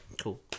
Cool